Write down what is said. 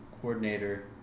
coordinator